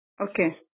Okay